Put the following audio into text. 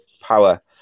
power